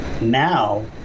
now